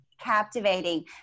captivating